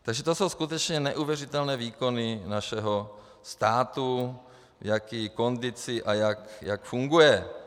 Takže to jsou skutečně neuvěřitelné výkony našeho státu, v jaké je kondici a jak funguje.